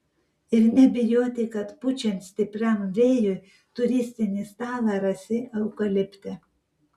ir nebijoti kad pučiant stipriam vėjui turistinį stalą rasi eukalipte